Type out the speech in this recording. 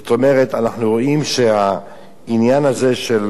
זאת אומרת, אנחנו רואים שהעניין הזה של